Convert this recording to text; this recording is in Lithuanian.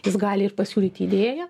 jis gali ir pasiūlyti idėją